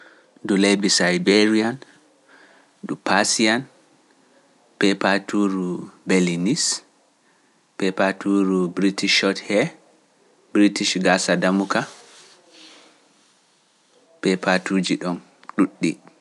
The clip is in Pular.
Ndu lebbi Saybeeru yan, ndu Paasi yan, peepaturu Belinis, peepaturu Briticot he, Britic Gassadamuka, peepatuji ɗon ɗuuɗɗi.